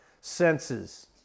senses